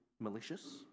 malicious